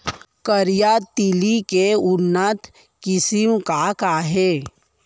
करिया तिलि के उन्नत किसिम का का हे?